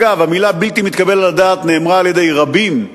אגב, המלה בלתי מתקבל על הדעת נאמרה על-ידי רבים,